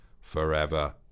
forever